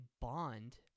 bond